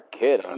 kid